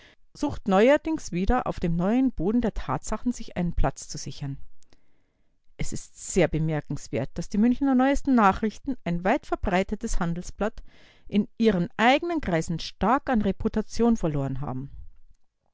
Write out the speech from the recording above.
sucht neuerdings wieder auf dem neuen boden der tatsachen sich einen platz zu sichern es ist sehr bemerkenswert daß die münchener neuesten nachrichten ein weitverbreitetes handelsblatt in ihren eigenen kreisen stark an reputation verloren haben